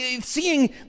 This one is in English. seeing